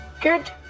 Good